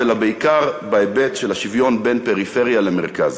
אלא בעיקר בהיבט של השוויון בין פריפריה למרכז.